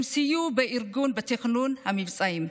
הם סייעו בארגון, בתכנון המבצעים,